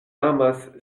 amas